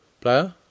player